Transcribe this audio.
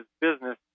business